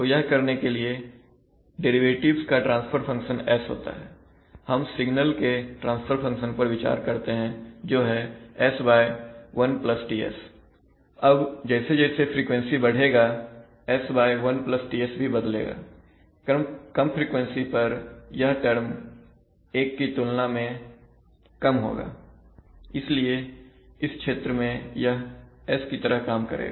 तो यह करने के लिए डेरिवेटिव्स का ट्रांसफर फंक्शन s होता है हम सिग्नल के ट्रांसफर फंक्शन पर विचार करते हैं जो है S 1Ts अब जैसे जैसे फ्रीक्वेंसी बदलेगा S 1Ts भी बदलेगा कम फ्रीक्वेंसी पर यह टर्म 1 की तुलना में कम होगा इसलिए इस क्षेत्र में यह s की तरह काम करेगा